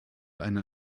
eine